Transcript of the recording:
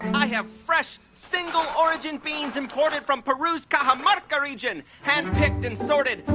i have fresh, single-origin beans imported from peru's cajamarca region handpicked and sorted,